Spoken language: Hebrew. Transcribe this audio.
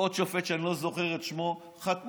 עוד שופט שאני לא זוכר את שמו חתמו